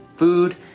food